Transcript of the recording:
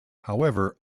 however